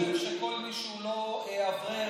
אתה חושב שכל מי שהוא לא אברך